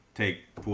take